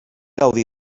gaudir